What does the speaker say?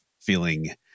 feeling